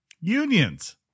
Unions